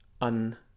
un-